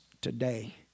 today